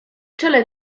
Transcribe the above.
czele